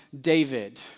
David